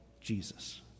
Jesus